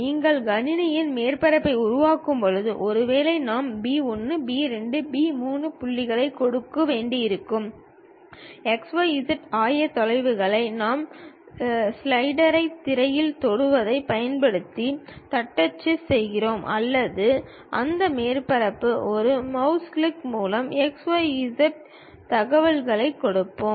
நீங்கள் கணினியில் மேற்பரப்பை உருவாக்கும்போது ஒருவேளை நாம் பி 1 பி 2 பி 3 புள்ளிகளைக் கொடுக்க வேண்டியிருக்கும் x y z ஆயத்தொலைவுகள் நாம் ஸ்டைலஸைத் திரையில் தொடுவதைப் பயன்படுத்தி தட்டச்சு செய்கிறோம் அல்லது அந்த மேற்பரப்பில் ஒரு மவுஸ் கிளிக் மூலம் x y z தகவல்களைக் கொடுப்போம்